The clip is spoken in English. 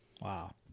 Wow